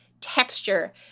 texture